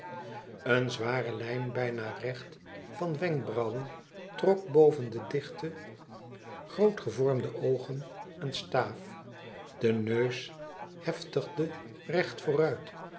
een zware lijn bijna recht van wenkbrauwen trok boven de dichte grootgevormde oogen een staaf de neus heftigde recht vooruit